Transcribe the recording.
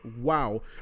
wow